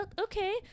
okay